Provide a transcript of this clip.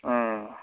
ꯎꯝ